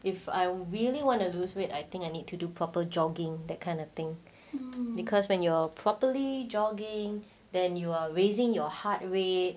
if I really wanna lose weight I think I need to do proper jogging that kind of thing because when you're properly jogging then you are raising your heart rate